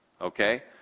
okay